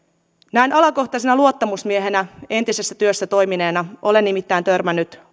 näin alakohtaisena luottamusmiehenä entisessä työssä toimineena olen nimittäin törmännyt